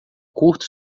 curto